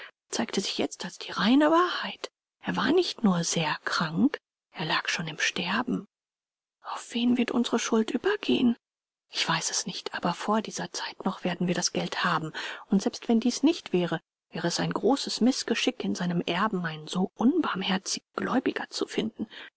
zeigt sich jetzt als die reine wahrheit er war nicht nur sehr krank er lag schon im sterben auf wen wird unsere schuld übergehen ich weiß es nicht aber vor dieser zeit noch werden wir das geld haben und selbst wenn dies nicht wäre wäre es ein großes mißgeschick in seinem erben einen so unbarmherzigen gläubiger zu finden